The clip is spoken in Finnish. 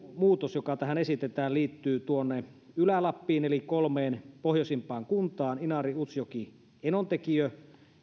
muutos jota tähän esitetään liittyy ylä lappiin eli kolmeen pohjoisimpaan kuntaan inariin utsjokeen enontekiöön